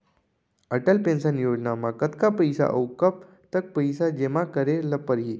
Atal pension योजना म कतका पइसा, अऊ कब तक पइसा जेमा करे ल परही?